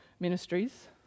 ministries